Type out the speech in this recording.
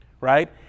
right